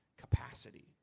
capacity